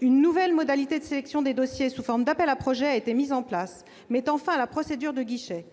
une nouvelle modalité de sélection des dossiers sous forme d'appel à projets a été mise en place, mettant fin à la procédure de guichet.